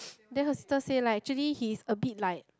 then her sister say like actually he's a bit like